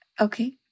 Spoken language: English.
Okay